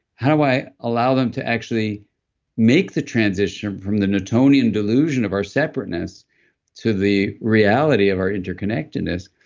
how do i allow them to actually make the transition from the newtonian delusion of our separateness to the reality of our interconnectedness?